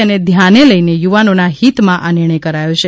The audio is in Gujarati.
તેને ધ્યાને લઇને યુવાનોના હિતમાં આ નિર્ણય કરાયો છે